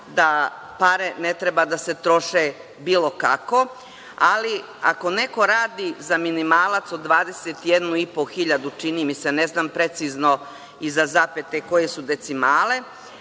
da pare ne treba da se troše bilo kako, ali ako neko radi za minimalac od 21 i po hiljadu, čini mi se, ne znam precizno iza zapete koje su decimale,